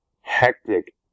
hectic